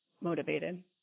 motivated